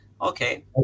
okay